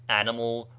animal,